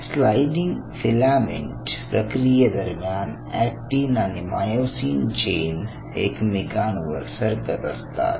sliding filament प्रक्रियेदरम्यान actin आणि myosin chain एकमेकांवर सरकत असतात